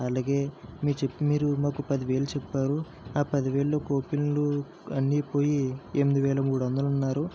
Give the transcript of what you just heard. అలాగే మీరు చెప్పింది మీరు మాకు పది వేలు చెప్పారు ఆ పది వేలు కూపెన్లు అన్నీ పోయి ఎనిమిది వేల మూడు వందలు అన్నారు